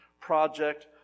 project